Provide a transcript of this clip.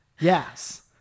Yes